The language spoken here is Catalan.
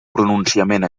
pronunciament